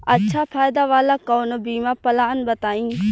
अच्छा फायदा वाला कवनो बीमा पलान बताईं?